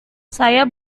saya